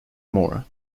mora